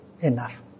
enough